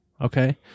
okay